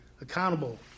accountable